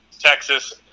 Texas